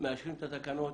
מאשרים את התקנות